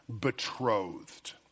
betrothed